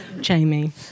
Jamie